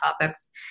topics